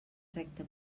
recta